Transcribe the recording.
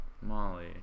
Molly